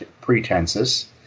pretenses